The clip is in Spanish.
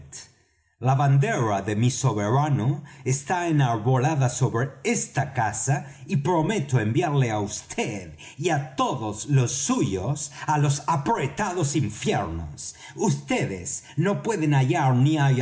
la bandera de mi soberano está enarbolada sobre esta casa y prometo enviarle á vd y á todos los suyos á los apretados infiernos vds no pueden hallar ni